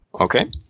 Okay